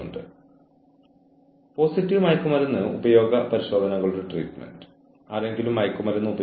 അവരുടെ ഏറ്റവും മികച്ച പ്രകടനം നടത്താൻ അവരെ സഹായിക്കുന്നു